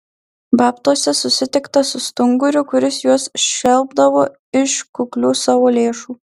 babtuose susitikta su stunguriu kuris juos šelpdavo iš kuklių savo lėšų